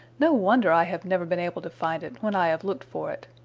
no wonder i have never been able to find it, when i have looked for it.